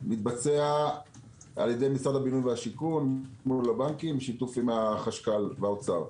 מתבצע על ידי משרד הבינוי והשיכון מול הבנקים בשיתוף עם החשכ"ל והאוצר.